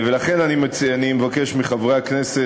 לכן אני מבקש מחברי הכנסת,